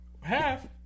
Half